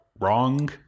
wrong